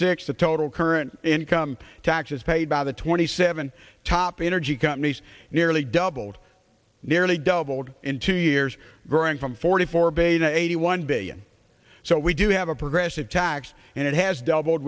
six the total current income taxes paid by the twenty seven top energy companies nearly doubled nearly doubled in two years growing from forty four billion eighty one billion so we do have a progressive tax and it has d